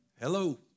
Hello